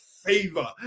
favor